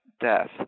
death